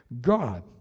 God